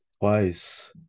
twice